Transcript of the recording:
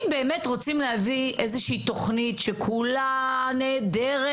אם באמת רוצים להביא איזושהי תוכנית שכולה נהדרת